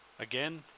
Again